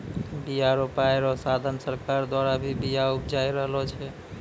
बिया रोपाय रो साधन सरकार द्वारा भी बिया उपजाय रहलो छै